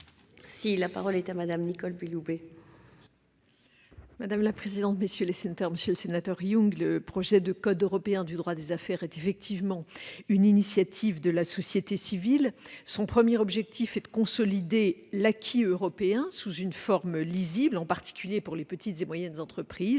Mme la garde des sceaux. Monsieur le sénateur Yung, le projet de code européen de droit des affaires est effectivement une initiative de la société civile. Son premier objectif est de consolider l'acquis européen sous une forme lisible, en particulier pour les petites et moyennes entreprises.